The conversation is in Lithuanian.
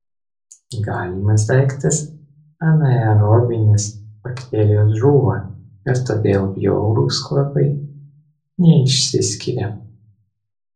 galimas daiktas anaerobinės bakterijos žūva ir todėl bjaurūs kvapai neišsiskiria